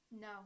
No